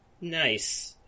nice